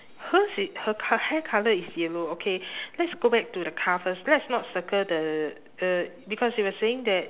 hers i~ her co~ hair colour is yellow okay let's go back to the car first let's not circle the uh because you were saying that